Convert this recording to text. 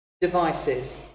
devices